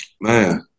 Man